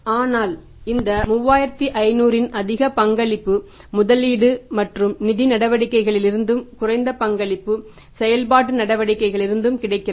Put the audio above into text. ஆனால் இந்த 3500 இன் அதிக பங்களிப்பு முதலீட்டு மற்றும் நிதி நடவடிக்கைகளிலிருந்தும் குறைந்த பங்களிப்பு செயல்பாட்டு நடவடிக்கைகளிலிருந்தும் கிடைக்கிறது